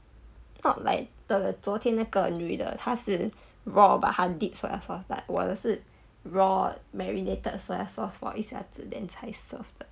thought like 的昨天那个女的她是 raw but 她 dip soy sauce but 我的是 raw marinated soy sauce for 一下子 then 才 serve 的